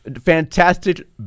Fantastic